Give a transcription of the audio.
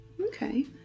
Okay